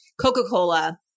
Coca-Cola